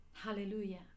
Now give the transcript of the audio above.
Hallelujah